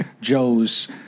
Joe's